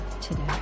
today